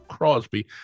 Crosby